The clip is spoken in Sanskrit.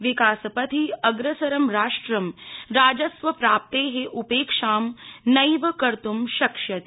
विकासपथि अग्रसरं राष्ट्रं राजस्व प्राप्ते उपेक्षां नैव कर्त्रं शक्ष्यति